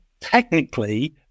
technically